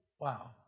Wow